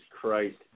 Christ